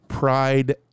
Pride